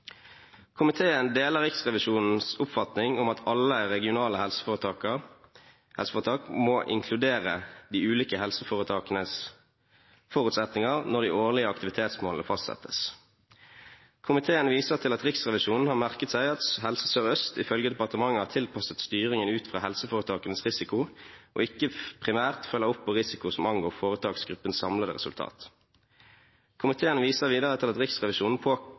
deler Riksrevisjonens oppfatning om at alle RHF-ene må inkludere de ulike helseforetakenes forutsetninger når de årlige aktivitetsmålene fastsettes. Komiteen viser til at Riksrevisjonen har merket seg at Helse Sør-Øst ifølge departementet har tilpasset styringen ut fra helseforetakenes risiko, og ikke primært følger opp på risiko som angår foretaksgruppens samlede resultat. Komiteen viser videre til at Riksrevisjonen